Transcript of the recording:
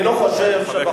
אני לא חושב שבחוק הזה,